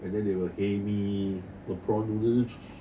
and then they were hae mee prawn noodle